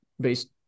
based